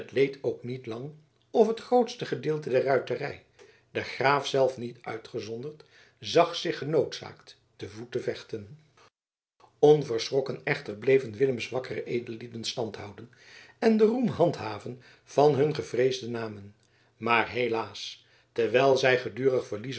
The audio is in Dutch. leed ook niet lang of het grootste gedeelte der ruiterij de graaf zelf niet uitgezonderd zag zich genoodzaakt te voet te vechten onverschrokken echter bleven willems wakkere edellieden stand houden en den roem handhaven van hun gevreesde namen maar helaas terwijl zij gedurig verliezen